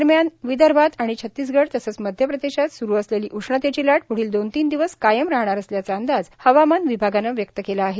दरम्यान विदर्भात आणि छत्तीसगढ तसच मध्य प्रदेशात स्रु असलेली उष्णतेची लाट प्ढील दोन तीन दिवस कायम राहणार असल्याचा अंदाज हवामान विभागान व्यक्त केला आहे